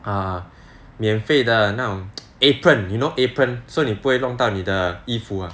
err 免费的那种 apron you know apron so 你不会弄到你的衣服 ah